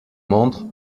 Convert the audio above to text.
montre